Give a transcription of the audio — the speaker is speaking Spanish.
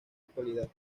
actualidad